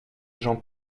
j’en